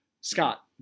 Scott